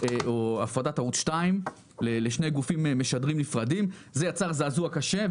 ערוץ 2 לשני גופים משדרים נפרדים זה יצר זעזוע קשה,